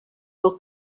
will